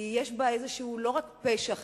יש בה לא רק פשע חברתי,